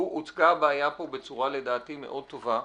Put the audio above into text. הוצגה פה הבעיה בצורה לדעתי טובה מאוד.